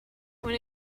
when